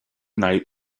night